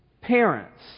parents